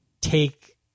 take